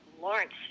Lawrence